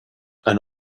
and